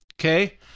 Okay